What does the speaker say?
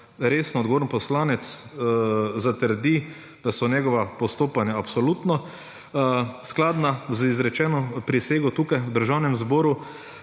resno odgovoren poslanec zatrdi, da so njegova postopanja absolutno skladna z izrečeno prisego tukaj, v Državnem zboru,